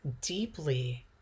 deeply